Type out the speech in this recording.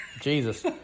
Jesus